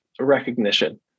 recognition